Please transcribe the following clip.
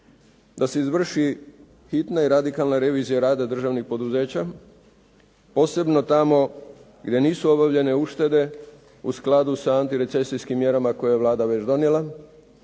da se izvrši hitna i radikalna revizija rada državnih poduzeća, posebno tamo gdje nisu obavljene uštede u skladu sa antirecesijskim mjerama koje je Vlada već donijela